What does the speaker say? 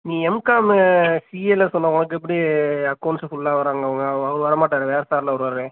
நீ எம்காமு சிஏல சொன்ன உனக்கு எப்படி அக்கெளண்ட்ஸு ஃபுல்லா வர்றாங்க அவங்க அவங்க வர மாட்டாரே வேறு சாருல வருவாரு